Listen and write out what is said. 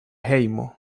hejmo